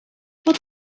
wat